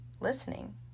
listening